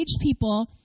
people